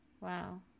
Wow